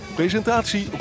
presentatie